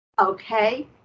okay